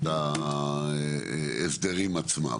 ההסדרים עצמם.